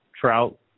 Trout